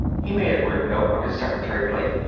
he made a quick note on his secretary plate.